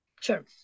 Sure